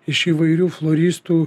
iš įvairių floristų